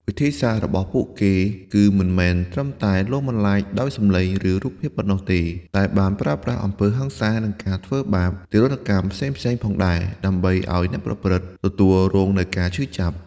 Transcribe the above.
វិធីសាស្ត្ររបស់ពួកគេគឺមិនមែនត្រឹមតែលងបន្លាចដោយសំឡេង ឬរូបភាពប៉ុណ្ណោះទេ តែបានប្រើប្រាស់ អំពើហិង្សា និងការធ្វើបាប ទារុណកម្មផ្សេងៗផងដែរ ដើម្បីឲ្យអ្នកប្រព្រឹត្ត ទទួលរងនូវការឈឺចាប់។